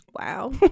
Wow